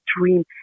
dream